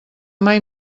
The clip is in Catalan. mai